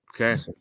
Okay